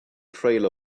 trail